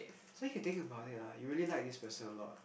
so you think about it ah you really like this person a lot